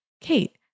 Kate